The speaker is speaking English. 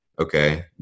okay